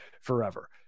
forever